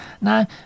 Now